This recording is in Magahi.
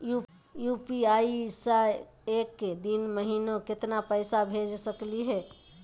यू.पी.आई स एक दिनो महिना केतना पैसा भेज सकली हे?